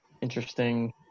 interesting –